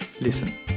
Listen